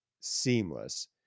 seamless